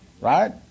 Right